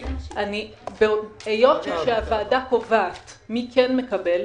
היות שהוועדה קובעת מי כן מקבל,